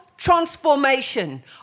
Transformation